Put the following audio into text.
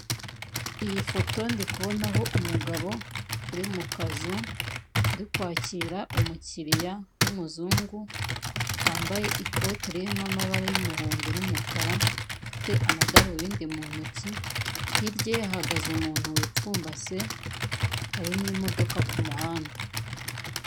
Iyi foto ndikubonaho umugabo uri mukazu, uri kwakira umukiriya w'umuzungu, wambaye ikote ririmo amabara y'umuhondo n'umukara, ufite amadarobindi muntoki, hirya ye hahagaze umuntu wipfumbase, hari n'imodoka kumuhanda.